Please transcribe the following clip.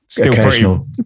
occasional